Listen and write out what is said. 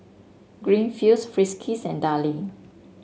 Greenfields Friskies and Darlie